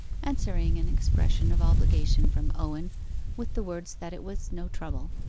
answering an expression of obligation from owen with the words that it was no trouble.